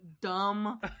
dumb